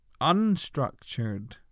unstructured